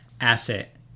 asset